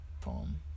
poem